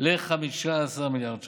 ל-15 מיליארד ש"ח,